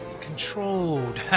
Controlled